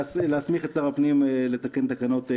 להסמיך את שר הפנים להתקין תקנות.